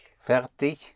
Fertig